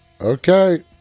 Okay